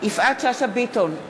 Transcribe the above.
יפעת שאשא ביטון,